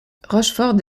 rochefort